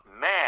man